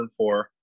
2004